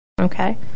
Okay